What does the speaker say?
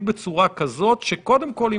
ברבעון רביעי אנחנו כבר אחרי קיומו של